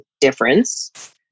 difference